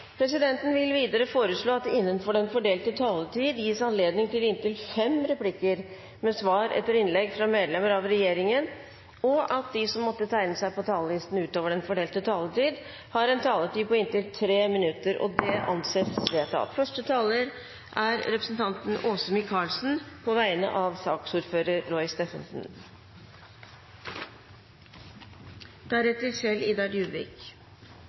Presidenten vil videre foreslå at det gis anledning til inntil fem replikker med svar fra medlemmer av regjeringen innenfor den fordelte taletid, og at de som måtte tegne seg på talerlisten utover den fordelte taletid, får en taletid på inntil 3 minutter. – Det anses vedtatt. Første taler er Åse Michaelsen, som får ordet på vegne av sakens ordfører, Roy Steffensen.